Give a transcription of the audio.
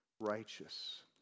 righteous